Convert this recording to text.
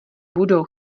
budou